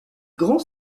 grand